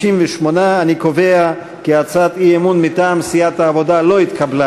58. אני קובע כי הצעת האי-אמון מטעם סיעת העבודה לא התקבלה.